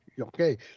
Okay